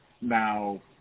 Now